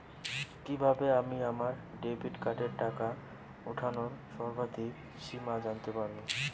কিভাবে আমি আমার ডেবিট কার্ডের টাকা ওঠানোর সর্বাধিক সীমা জানতে পারব?